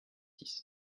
six